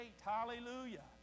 Hallelujah